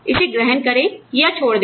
इसे ग्रहण करें या छोड़ दें